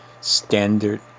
Standard